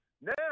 now